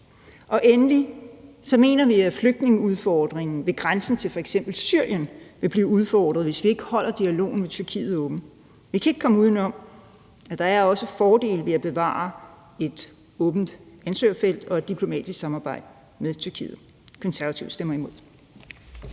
os. Endelig mener vi, at flygtningeudfordringen ved grænsen til f.eks. Syrien vil blive udfordret, hvis vi ikke holder dialogen med Tyrkiet åben. Vi kan ikke komme udenom, at der også er fordele ved at bevare et åbent ansøgerfelt og et diplomatisk samarbejde med Tyrkiet. Konservative stemmer imod.